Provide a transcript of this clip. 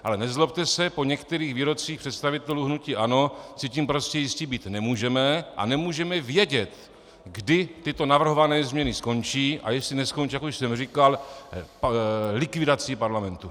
Ale nezlobte se, po některých výrocích představitelů hnutí ANO si tím prostě jisti být nemůžeme a nemůžeme vědět, kdy tyto navrhované změny skončí a jestli neskončí, jak už jsem říkal, likvidací parlamentu.